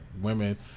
women